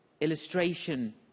illustration